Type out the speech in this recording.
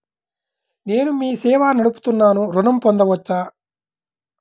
నేను మీ సేవా నడుపుతున్నాను ఋణం పొందవచ్చా?